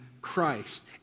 Christ